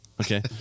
Okay